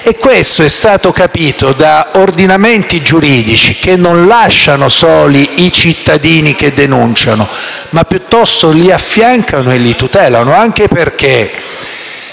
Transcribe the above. Questo è stato capito da ordinamenti giuridici che non lasciano soli i cittadini che denunciano, piuttosto li affiancano e li tutelano. Anche perché,